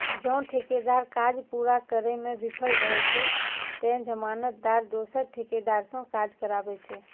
जौं ठेकेदार काज पूरा करै मे विफल रहै छै, ते जमानतदार दोसर ठेकेदार सं काज कराबै छै